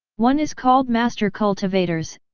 one is called master cultivators,